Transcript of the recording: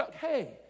Hey